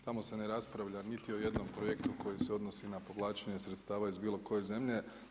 Tamo se ne raspravlja niti o jednom projektu koji se odnosi na povlačenje sredstava iz bilo koje zemlje.